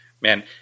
man